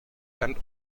and